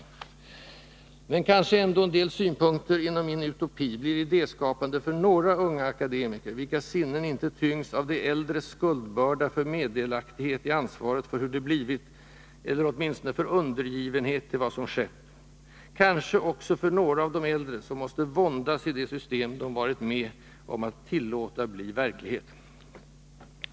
Men kanske kan ändå en del synpunkter inom min utopi bli idéskapande för några unga akademiker, vilkas sinnen inte tyngs av de äldres skuldbörda för meddelaktighet i ansvaret för hur det blivit, eller åtminstone för undergivenhet till vad som skett. Kanske också för några av de äldre som måste våndas i det system de varit med om att tillåta bli verklighet.